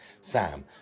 Sam